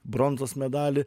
bronzos medalį